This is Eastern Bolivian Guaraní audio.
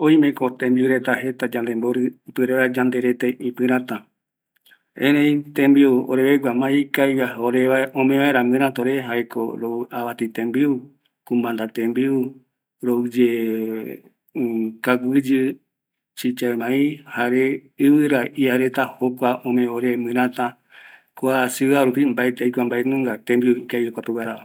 Oimeko jeta tembiu reta, ipuere vaera yanderete omomɨrata, erei tembiu orevegua mas ikaviva, omee vaera mɨrata ore jaeko rou, avati tembiu, kcumanda tembiu, rouyee kaguɨyɨ, chicha de maiz, jare ɨvɨra iareta, jokua ome ore mɨrata, kua ciudad rupi mbaetɨ aikua mbaenunga tembiu ikavi jokua peguarava